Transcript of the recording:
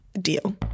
Deal